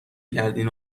کردین